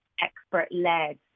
expert-led